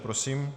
Prosím.